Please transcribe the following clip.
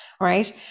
right